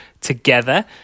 together